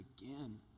again